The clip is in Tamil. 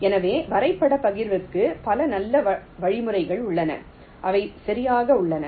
எனவே வரைபட பகிர்வுக்கு பல நல்ல வழிமுறைகள் உள்ளன அவை சரியாக உள்ளன